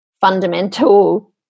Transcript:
fundamental